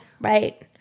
Right